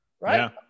right